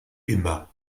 immer